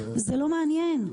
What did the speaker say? זה לא מעניין.